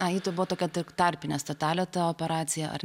ai ji buvo tokia tik tarpinė stotelė ta operacija ar